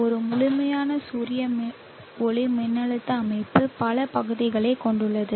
ஒரு முழுமையான சூரிய ஒளிமின்னழுத்த அமைப்பு பல பகுதிகளைக் கொண்டுள்ளது